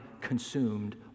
consumed